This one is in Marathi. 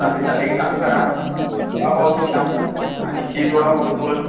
चालेल चालेल एक काम करा वडापावचे चार आणि चीज वडापाव दोन